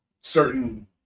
certain